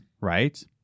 right